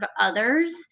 others